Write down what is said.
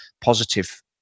positive